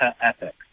ethics